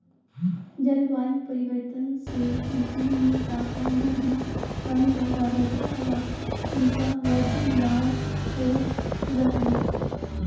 जलवायु परिवर्तन से कृषि मे तापमान वृद्धि कम ज्यादा वर्षा हवा दिशा बदलाव हो रहले